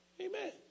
Amen